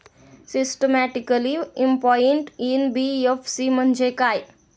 Systematically important NBFC म्हणजे काय?